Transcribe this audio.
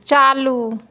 चालू